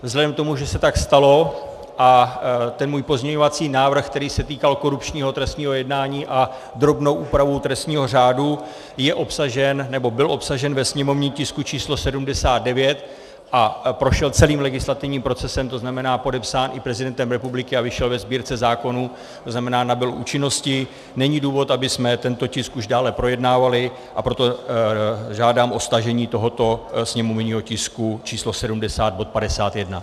Vzhledem k tomu, že se tak stalo a ten můj pozměňovací návrh, který se týkal korupčního trestného jednání, a šlo o drobnou úpravu trestního řádu, je obsažen, nebo byl obsažen ve sněmovním tisku číslo 79 a prošel celým legislativním procesem, to znamená, že byl podepsán i prezidentem republiky a vyšel ve Sbírce zákonů, to znamená, že nabyl účinnosti, není tedy důvod, abychom tento tisk už dále projednávali, a proto žádám o stažení tohoto sněmovního tisku číslo 70, bod 51.